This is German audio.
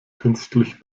künstlich